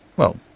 well,